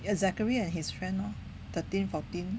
ya zachary and his friend lor thirteen fourteen